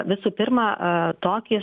visų pirma ee tokį